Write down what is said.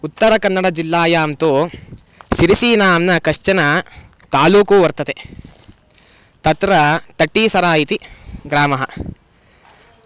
उत्तरकन्नडजिल्लायां तु सिरिसीनाम्ना कश्चन तालूकु वर्तते तत्र तट्टीसरा इति ग्रामः